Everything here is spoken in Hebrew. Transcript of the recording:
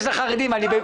החרדים.